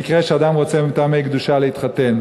במקרה שאדם רוצה מטעמי קדושה להתחתן,